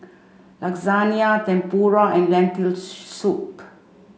Lasagna Tempura and Lentil soup